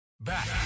Back